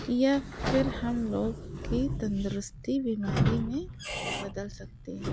یا پھر ہم لوگ کی تندرستی بیماری میں بدل سکتی ہے